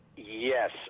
Yes